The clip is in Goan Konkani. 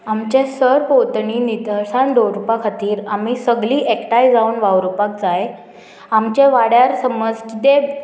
आमचें सरभोंवतणी नितळसाण दवरपा खातीर आमी सगळीं एकठांय जावन वावरपाक जाय आमच्या वाड्यार समज दे